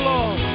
Lord